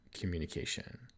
communication